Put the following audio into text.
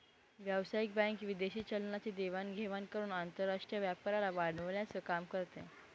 व्यावसायिक बँक विदेशी चलनाची देवाण घेवाण करून आंतरराष्ट्रीय व्यापाराला वाढवण्याचं काम करते